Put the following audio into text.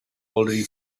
already